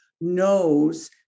knows